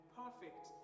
perfect